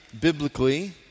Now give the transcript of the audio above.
biblically